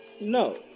No